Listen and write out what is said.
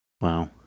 Wow